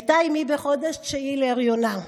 הייתה אימי בחודש התשיעי להריונה,